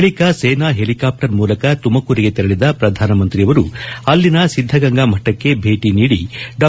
ಬಳಿಕ ಸೇನಾ ಹೆಲಿಕಾಪ್ಸರ್ ಮೂಲಕ ತುಮಕೂರಿಗೆ ತೆರಳಿದ ಪ್ರಧಾನಮಂತ್ರಿ ಅಲ್ಲಿನ ಸಿದ್ದಗಂಗಾ ಮಠಕ್ಕೆ ಭೇಟಿ ನೀದಿ ಡಾ